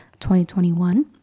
2021